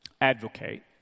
advocate